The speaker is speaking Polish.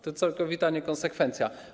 To całkowita niekonsekwencja.